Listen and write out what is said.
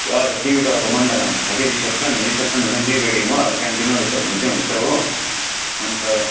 हजुर टिभी टावरको मण्डलामा छ कि रिसेप्सन रिसेप्सन भन्दा पनि प्रिवेडिङ हो अब सानोतिनो त हुन्छै हुन्छ हो अन्त